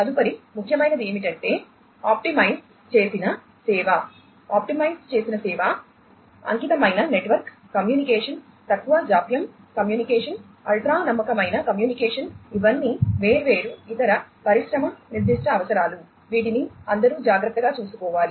తదుపరి ముఖ్యమైనది ఏమిటంటే ఆప్టిమైజ్ చేసిన సేవ ఆప్టిమైజ్ చేసిన సేవ అంకితమైన నెట్వర్క్ కమ్యూనికేషన్ తక్కువ జాప్యం కమ్యూనికేషన్ అల్ట్రా నమ్మకమైన కమ్యూనికేషన్ ఇవన్నీ వేర్వేరు ఇతర పరిశ్రమ నిర్దిష్ట అవసరాలు వీటిని అందరూ జాగ్రత్తగా చూసుకోవాలి